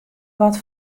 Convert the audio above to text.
wat